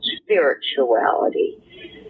spirituality